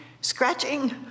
scratching